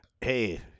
hey